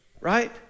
Right